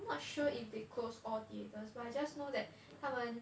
I'm not sure if they close all theatres but I just know that 他们